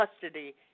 custody